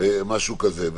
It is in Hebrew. משהו כזה.